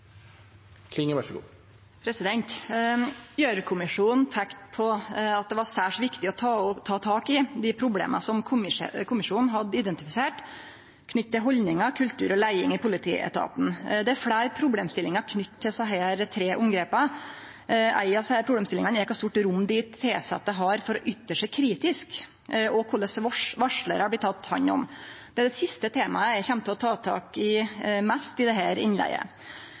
var særs viktig å ta tak i dei problema som kommisjonen hadde identifisert knytte til haldningar, kultur og leiing i politietaten. Det er fleire problemstillingar knytte til desse tre omgrepa. Ei av desse problemstillingane er kor stort rom dei tilsette har for å ytre seg kritisk, og korleis varslarar blir tekne hand om. Det er dette siste temaet eg kjem til å ta mest tak i, i dette innlegget. Eg har tidlegare teke opp varslingssaka i